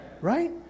Right